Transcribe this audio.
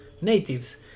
natives